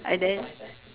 and then